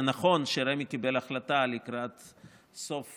זה נכון שרמ"י קיבל החלטה לקראת סוף